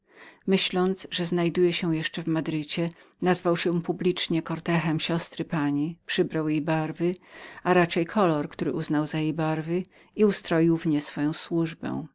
myśląc że znajduje się jeszcze w madrycie oświadczył się publicznie cortehhem siostry pani przybrał jej barwy lub też te które być niemi rozumiał i ustroił w nie swoją służbę